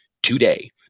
today